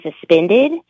suspended